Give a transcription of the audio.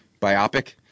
Biopic